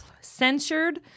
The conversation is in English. censured